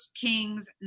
Kings